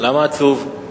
למה עצוב?